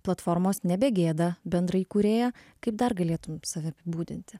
platformos nebegėda bendraįkūrėja kaip dar galėtumei save apibūdinti